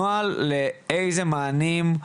נוהל לאיזה מענים,